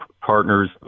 partners